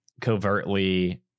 covertly